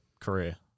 career